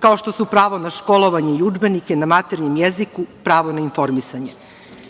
kao što su pravo na školovanje i udžbenike na maternjem jeziku, pravo na informisanje.